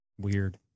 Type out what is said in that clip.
Weird